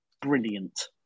brilliant